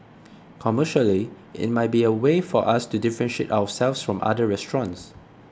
commercially it might be a way for us to differentiate ourselves from other restaurants